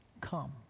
come